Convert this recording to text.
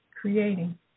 creating